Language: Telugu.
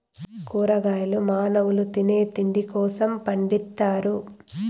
కూరగాయలు మానవుల తినే తిండి కోసం పండిత్తారు